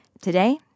Today